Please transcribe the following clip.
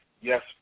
yes